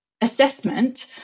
assessment